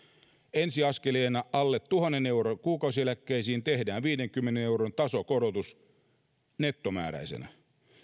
ensiaskeleena alle tuhannen euron kuukausieläkkeisiin tehdään viidenkymmenen euron tasokorotus nettomääräisenä